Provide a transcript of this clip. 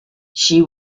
she